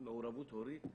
מעורבות הורית,